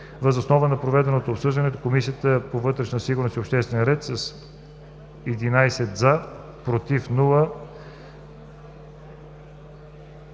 Въз основа на проведеното обсъждане Комисията по вътрешна сигурност и обществен ред с 11 гласа